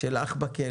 של אח בכלא,